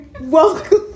Welcome